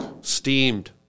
steamed